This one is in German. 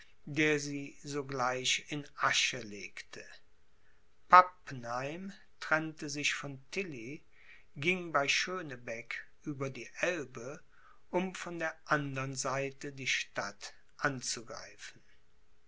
der sie sogleich in die asche legte pappenheim trennte sich von tilly ging bei schönebeck über die elbe um von der andern seite die stadt anzugreifen